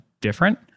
different